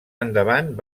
endavant